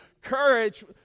courage